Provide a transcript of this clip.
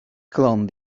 clone